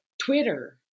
Twitter